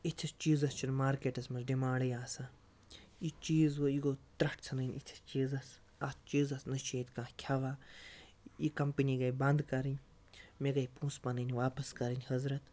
یِتھِس چیٖزَس چھُنہٕ مارکیٚٹَس مَنٛز ڈِیمانٛڈٕے آسان یہِ چیٖز گوٚو یہِ گوٚو ترٛٹھ ژھنٕنۍ یِتھِس چیٖزَس اَتھ چیٖزَس نہَ چھُ ییٚتہِ کانٛہہ کھیٚوان یہِ کمپٔنی گٔیہِ بَنٛد کَرٕنۍ مےٚ گٔیہِ پۅنٛسہٕ پَنٕنۍ واپَس کَرٕنۍ حَضرت